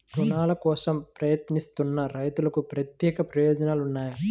రుణాల కోసం ప్రయత్నిస్తున్న రైతులకు ప్రత్యేక ప్రయోజనాలు ఉన్నాయా?